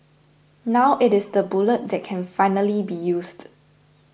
now it is the bullet that can finally be used